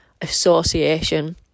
association